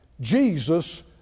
Jesus